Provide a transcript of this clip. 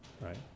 right